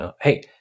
Hey